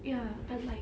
ya I'm like